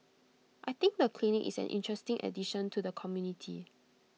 I think the clinic is an interesting addition to the community